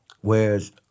Whereas